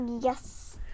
Yes